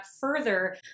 further